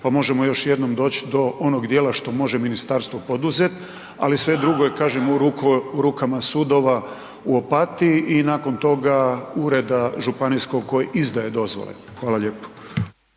pa možemo još jednom doći do onog djela što može ministarstvo poduzeti, ali sve drugo je kažem u rukama sudova u Opatiji i nakon toga ureda županijskog koji izdaje dozvole. Hvala lijepo.